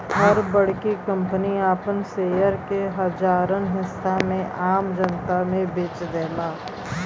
हर बड़की कंपनी आपन शेयर के हजारन हिस्सा में आम जनता मे बेच देला